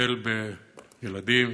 שמטפל בילדים,